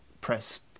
Press